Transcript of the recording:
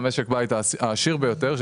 משק הבית העשיר ביותר,